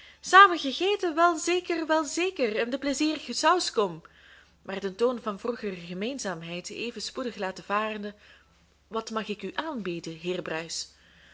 samen gegeten welzeker welzeker in de plezierige sauskom maar den toon van vroegere gemeenzaamheid even spoedig latende varen wat mag ik u aanbieden heer bruis